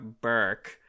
Burke